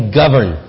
govern